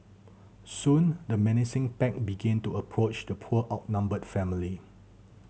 soon the menacing pack began to approach the poor outnumbered family